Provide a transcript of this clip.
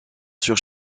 sur